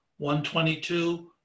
122